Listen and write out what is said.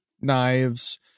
knives